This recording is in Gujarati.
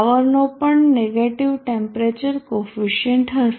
પાવરનો પણ નેગેટીવ ટેમ્પરેચર કોફિસીયન્ટ હશે